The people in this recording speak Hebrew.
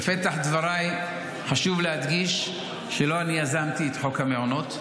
בפתח דבריי חשוב להדגיש שלא אני יזמתי את חוק המעונות,